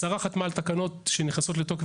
השרה חתמה על תקנות שנכנסות לתוקף,